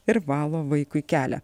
ir valo vaikui kelią